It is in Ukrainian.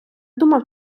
думав